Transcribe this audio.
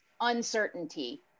uncertainty